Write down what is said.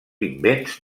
invents